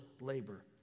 labor